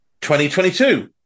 2022